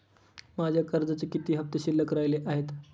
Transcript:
माझ्या कर्जाचे किती हफ्ते शिल्लक राहिले आहेत?